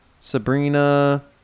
Sabrina